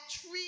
tree